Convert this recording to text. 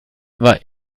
war